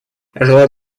желаю